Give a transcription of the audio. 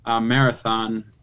marathon